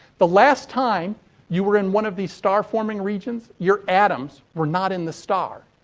the last time you were in one of these star forming regions, your atoms were not in the star.